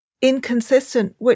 inconsistent